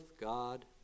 God